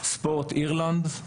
ספורט אירלנד,